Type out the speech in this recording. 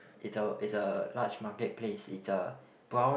it a it's a large market place it's a brown